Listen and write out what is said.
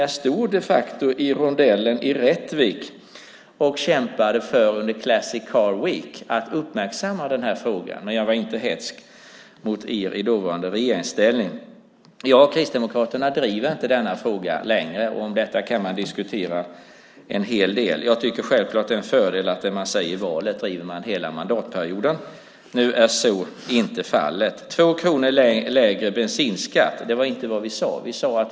Jag stod de facto i rondellen i Rättvik under Classic Car Week och kämpade för att uppmärksamma den här frågan. Men jag var inte hätsk mot er i dåvarande regeringsställning. Jag och Kristdemokraterna driver inte längre denna fråga. Om detta kan man diskutera en hel del. Jag tycker självklart att det är en fördel att det man säger i valet driver man hela mandatperioden. Nu är så inte fallet. En lägre bensinskatt med 2 kronor var inte vad vi sade.